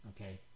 Okay